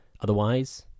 Otherwise